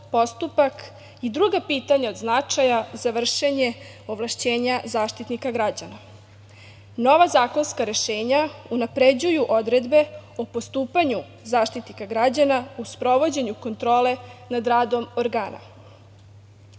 postupak i druga pitanja od značaja za vršenje ovlašćenja Zaštitnika građana. Nova zakonska rešenja unapređuju odredbe o postupanju Zaštitnika građana u sprovođenju kontrole nad radom organa. Predlog